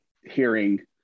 hearing